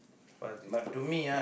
pass this pass this